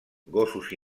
gossos